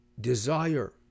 desire